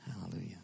Hallelujah